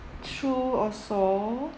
true also